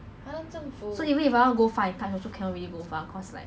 soccer you know